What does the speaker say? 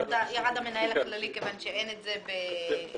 ירד המנהל הכללי כיוון שאין את זה בגמ"ח.